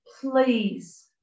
Please